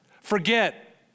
forget